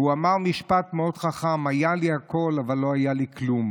והוא אמר משפט מאוד חכם: היה לי הכול אבל לא היה לי כלום,